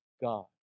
God